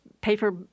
paper